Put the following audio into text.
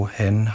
han